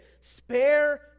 spare